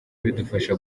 bidufasha